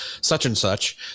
such-and-such